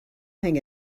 hang